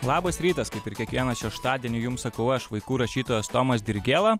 labas rytas kaip ir kiekvieną šeštadienį jums sakau aš vaikų rašytojas tomas dirgėla